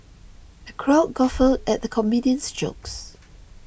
the crowd guffawed at the comedian's jokes